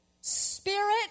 spirit